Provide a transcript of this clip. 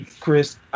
Chris